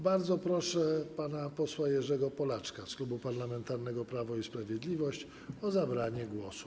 Bardzo proszę pana posła Jerzego Polaczka z Klubu Parlamentarnego Prawo i Sprawiedliwość o zabranie głosu.